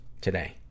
today